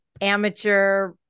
amateur